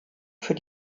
für